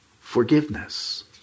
forgiveness